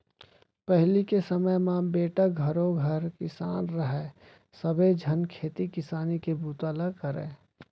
पहिली के समे म बेटा घरों घर किसान रहय सबे झन खेती किसानी के बूता ल करयँ